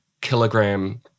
kilogram